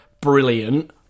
brilliant